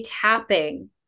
tapping